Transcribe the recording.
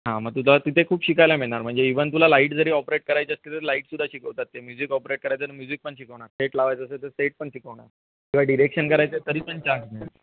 हां मग तुझा तिथे खूप शिकायला मिळणार म्हणजे इवन तुला लाईट जरी ऑपरेट करायची असते तरी लाईटसुद्धा शिकवतात ते म्युझिक ऑपरेट करायचं तर म्युझिक पण शिकवणार सेट लावायचं असेल तर सेट पण शिकवणार किंवा डिरेक्शन करायचं आहे तरी पण चान्स मिळणार